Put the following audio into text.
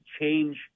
change